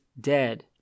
dead